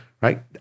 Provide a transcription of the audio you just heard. right